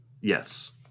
Yes